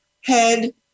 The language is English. head